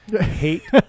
hate